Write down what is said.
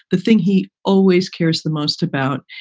the thing he always cares the most about,